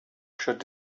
should